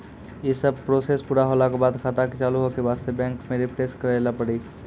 यी सब प्रोसेस पुरा होला के बाद खाता के चालू हो के वास्ते बैंक मे रिफ्रेश करैला पड़ी?